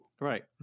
Right